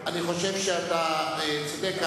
אני חושב שאתה צודק.